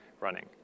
running